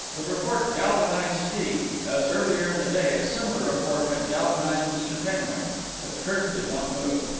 the report galvanized steve, as, earlier in the day, a similar report had galvanized mr. penway but kirk did not move.